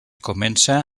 comença